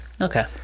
Okay